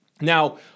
Now